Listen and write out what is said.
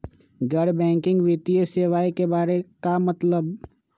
गैर बैंकिंग वित्तीय सेवाए के बारे का मतलब?